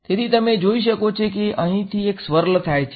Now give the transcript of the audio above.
તેથી તમે જોઈ શકો છો કે અહીંથી એક સ્વર્લ થાય છે